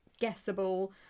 guessable